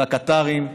של הקטארים,